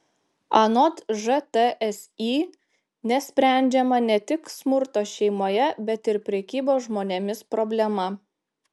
anot žtsi nesprendžiama ne tik smurto šeimoje bet ir prekybos žmonėmis problema